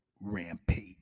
rampage